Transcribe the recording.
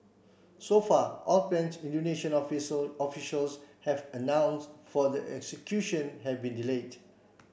so far all plans Indonesian officials have announce for the execution have been delayed